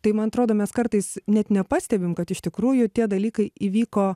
tai man trodo mes kartais net nepastebim kad iš tikrųjų tie dalykai įvyko